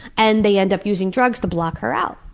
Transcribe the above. and they end up using drugs to block her out.